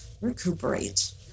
recuperate